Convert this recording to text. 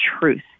truth